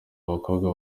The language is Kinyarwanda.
bakobwa